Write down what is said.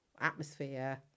atmosphere